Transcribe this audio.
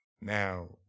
Now